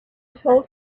told